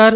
R